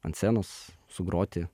ant scenos sugroti